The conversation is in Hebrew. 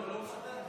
לא,